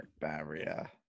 barrier